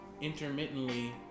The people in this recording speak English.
intermittently